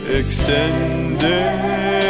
Extended